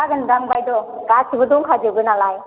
जागोनदां बायद' गासिबो दंखाजोबो नालाय